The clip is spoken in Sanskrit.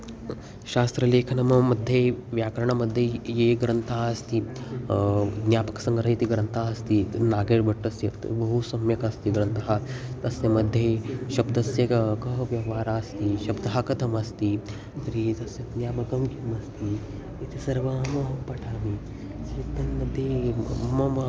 शास्त्रलेखनं मध्ये व्याकरणमध्ये ये ये ग्रन्थाः अस्ति ज्ञापकसङ्ग्रह इति ग्रन्थाः अस्ति नागेशभट्टस्य बहु सम्यक् अस्ति ग्रन्थः तस्य मध्ये शब्दस्य क कः व्यवहारः अस्ति शब्दः कथम् अस्ति तर्हि तस्य ज्ञापकं किम् अस्ति इति सर्वाम् अहं पठामि मध्ये मम